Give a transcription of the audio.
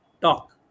talk